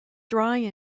dry